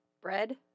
Bread